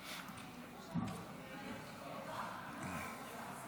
אינו נוכח ינון אזולאי,